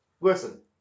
Listen